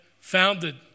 founded